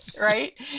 Right